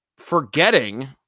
Forgetting